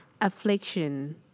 Affliction